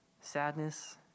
sadness